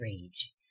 rage